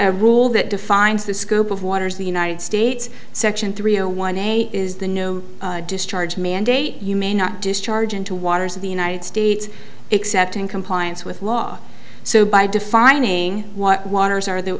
rule that defines the scope of waters the united states section three zero one eight is the new discharge mandate you may not discharge into waters of the united states except in compliance with law so by defining what waters are the